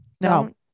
no